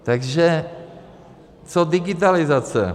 Takže co digitalizace?